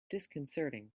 disconcerting